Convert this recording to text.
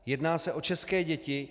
Jedná se o české děti.